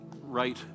right